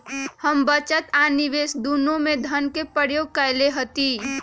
हम बचत आ निवेश दुन्नों में धन के प्रयोग कयले हती